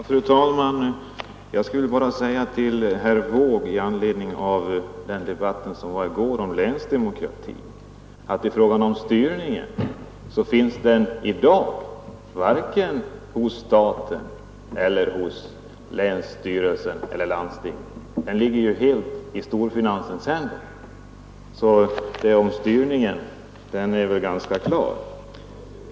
Fru talman! I anledning av den debatt vi höll i går om länsdemokrati vill jag i fråga om styrningen bara säga till herr Wååg att någon sådan styrning finns inte i dag, vare sig hos staten, länsstyrelse eller landsting; den ligger helt i storfinansens händer. Styrningen är nog ganska klar.